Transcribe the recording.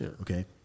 okay